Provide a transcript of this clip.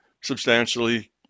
substantially